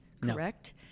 correct